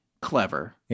clever